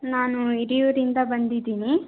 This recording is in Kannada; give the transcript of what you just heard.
ನಾನು ಹಿರಿಯೂರಿಂದ ಬಂದಿದ್ದೀನಿ